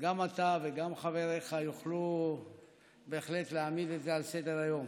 גם אתה וגם חבריך תוכלו בהחלט להעמיד את זה על סדר-היום.